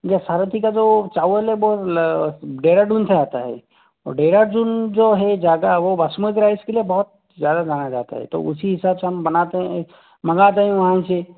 ये सारथी का जो चावल है वो डेहराडून से आता है और डेहराडून जो है जगह वो बासमती राइस के लिए बहुत ज़्यादा माना जाता है तो उसी हिसाब से हम बनाते हैं मंगाते हैं वहाँ से